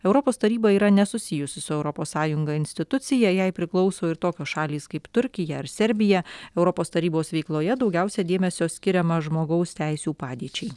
europos taryba yra nesusijusi su europos sąjunga institucija jai priklauso ir tokios šalys kaip turkija ar serbija europos tarybos veikloje daugiausia dėmesio skiriama žmogaus teisių padėčiai